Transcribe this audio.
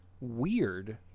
weird